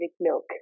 milk